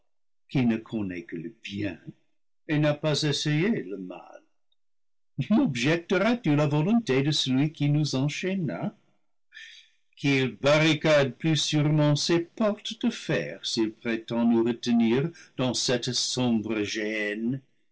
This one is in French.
qui ne connais que le bien et n'as pas essayé le mal mobjecteras tu la volonté de celui qui nous enchaîna qu'il barricade plus sûrement ses portes de fer s'il prétend nous retenir dans celte sombre